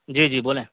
جی جی بولیں